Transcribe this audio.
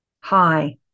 Hi